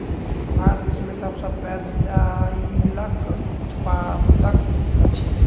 भारत विश्व में सब सॅ पैघ दाइलक उत्पादक अछि